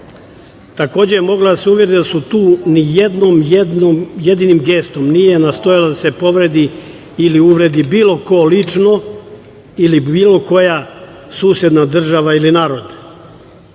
je da se uveri da su nijednim gestom nije nastojalo da se povredi ili uvredi bilo ko lično ili bilo koja susedna država ili narod.